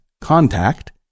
contact